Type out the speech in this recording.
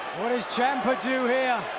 what does ciampa do here?